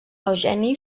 eugeni